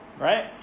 Right